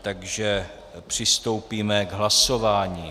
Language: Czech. Takže přistoupíme k hlasování.